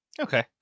Okay